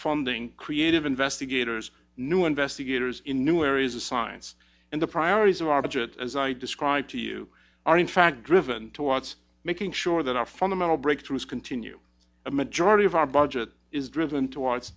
funding creative investigators new investigators in new areas of science and the priorities of our budget as i described to you are in fact driven towards making sure that our fundamental breakthroughs continue a majority of our budget is driven towards